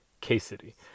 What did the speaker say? K-City